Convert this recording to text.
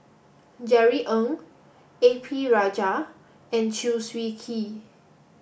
Jerry Ng A P Rajah and Chew Swee Kee